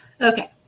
okay